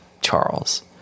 Charles